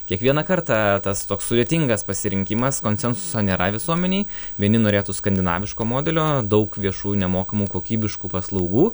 kiekvieną kartą tas toks sudėtingas pasirinkimas konsensuso nėra visuomenėj vieni norėtų skandinaviško modelio daug viešų nemokamų kokybiškų paslaugų